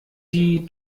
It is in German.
die